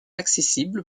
accessible